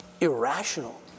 irrational